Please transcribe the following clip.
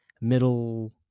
middle